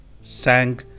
sang